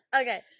okay